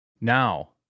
Now